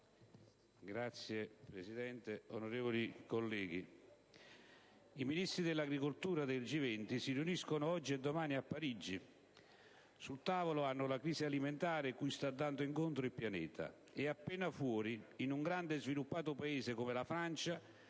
Signora Presidente, onorevoli colleghi, i Ministri dell'agricoltura del G20 si riuniscono oggi e domani a Parigi: sul tavolo hanno la crisi alimentare cui sta andando incontro il Pianeta e, appena fuori, in un grande e sviluppato Paese come la Francia,